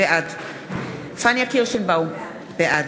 בעד פניה קירשנבאום, בעד